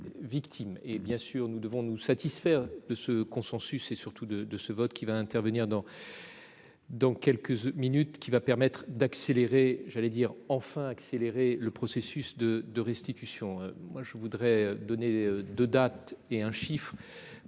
et bien sûr nous devons nous satisfaire de ce consensus et surtout de de ce vote qui va intervenir dans. Dans quelques minutes, qui va permettre d'accélérer, j'allais dire enfin accélérer le processus de de restitution. Moi je voudrais donner de date et un chiffre